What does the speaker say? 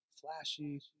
flashy